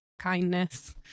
kindness